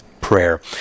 prayer